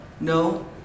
No